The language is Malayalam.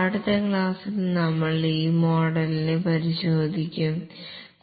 അടുത്ത ക്ലാസ്സിൽ നമ്മൾ ഈ മോഡലിനെ പരിശോധിക്കും